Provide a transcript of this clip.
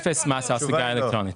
אפס מס על סיגריות אלקטרוניות.